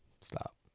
Stop